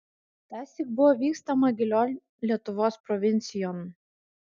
tąsyk buvo vykstama gilion lietuvos provincijon